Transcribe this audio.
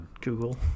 Google